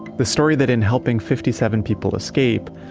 the story that in helping fifty seven people escape,